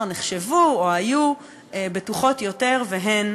שהיו צריכים להיות מובנים מאליהם,